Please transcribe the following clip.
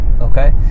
okay